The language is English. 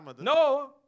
No